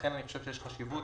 לכן אני חושב שיש חשיבות